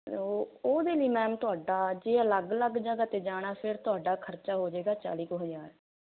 ਓਹ ਉਹਦੇ ਲਈ ਮੈਮ ਤੁਹਾਡਾ ਜੇ ਅਲੱਗ ਅਲੱਗ ਜਗ੍ਹਾ ਤੇ ਜਾਣਾ ਫਿਰ ਤੁਹਾਡਾ ਖਰਚਾ ਹੋ ਜਾਏਗਾ ਚਾਲੀ ਕੁ ਹਜਾਰ